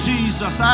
Jesus